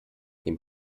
den